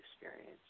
experience